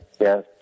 Yes